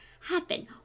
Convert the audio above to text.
happen